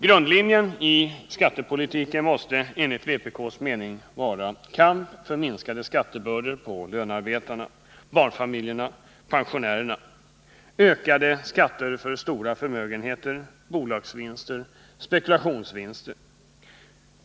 Grundlinjen i skattepolitiken måste enligt vpk:s mening vara kamp för minskade skattebördor på lönearbetarna, barnfamiljerna, pensionärerna — ökade skatter för stora förmögenheter, bolagsvinster, spekulationsvinster.